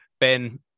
Ben